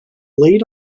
laid